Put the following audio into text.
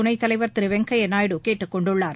துணைத் தலைவர் திரு வெங்கையா நாயுடு கேட்டுக்கொண்டுள்ளார்